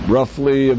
Roughly